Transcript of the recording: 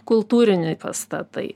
kultūriniai pastatai